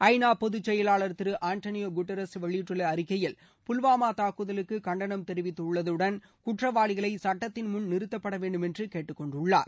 ஐநா பொதுச் செயலாளர் திரு ஆன்ட்டனியோ குட்ரஸ் வெளியிட்டுள்ள அறிக்கையில் புல்வாமா தூக்குதலுக்கு கண்டனம் தெரிவித்துள்ளதுடன் குற்றவாளிகளை சுட்டத்தின்முன் நிறுத்தப்பட வேண்டும் என்று கேட்டுக்கொண்டுள்ளார்